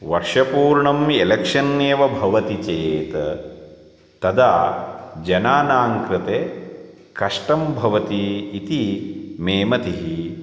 वर्षपूर्णम् election एव भवति चेत् तदा जनानां कृते कष्टं भवति इति मे मतिः